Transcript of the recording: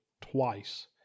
twice